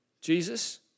Jesus